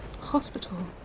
Hospital